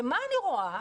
ומה אני רואה?